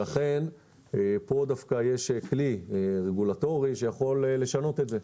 לכן פה דווקא יש כלי רגולטורי שיכול לשנות את זה.